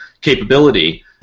capability